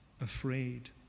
afraid